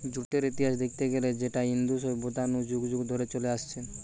জুটের ইতিহাস দেখতে গিলে সেটা ইন্দু সভ্যতা নু যুগ যুগ ধরে চলে আসছে